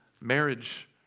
marriage